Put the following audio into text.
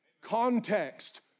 Context